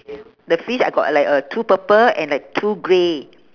the fish I got like uh two purple and like two grey